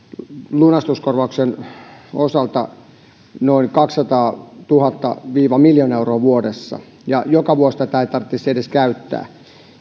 lunastuskorvauksen osalta noin kaksisataatuhatta viiva miljoona euroa vuodessa ja että joka vuosi tätä ei tarvitsisi edes käyttää